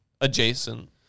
adjacent